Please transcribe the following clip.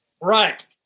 Right